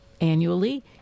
annually